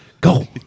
go